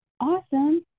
Awesome